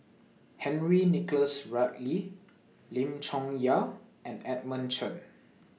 Henry Nicholas Ridley Lim Chong Yah and Edmund Chen